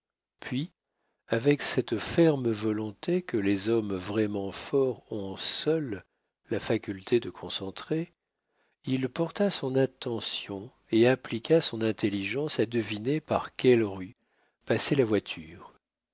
puis avec cette ferme volonté que les hommes vraiment forts ont seuls la faculté de concentrer il porta son attention et appliqua son intelligence à deviner par quelles rues passait la voiture